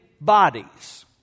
bodies